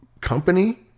company